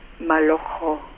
malojo